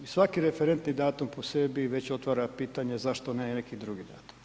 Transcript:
I svaki referentni datum po sebi već otvara pitanje zašto ne neki drugi datum.